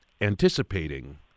anticipating